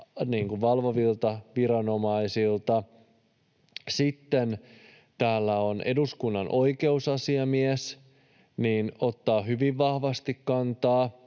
valvovilta viranomaisilta. Sitten täällä eduskunnan oikeusasiamies ottaa hyvin vahvasti kantaa,